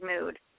mood